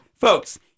Folks